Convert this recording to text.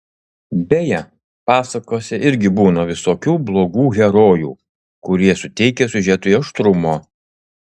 beje pasakose irgi būna visokių blogų herojų kurie suteikia siužetui aštrumo